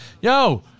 Yo